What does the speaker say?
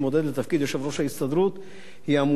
היא אמירה קשה וחמורה.